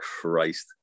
Christ